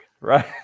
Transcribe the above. right